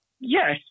Yes